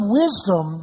wisdom